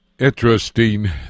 Interesting